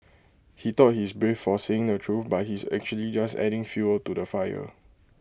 he thought he is brave for saying the truth but he is actually just adding fuel to the fire